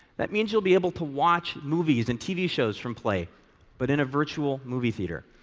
that means you'll be able to watch movies and tv shows from play but in a virtual movie theater.